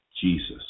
Jesus